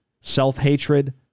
self-hatred